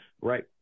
right